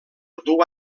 dur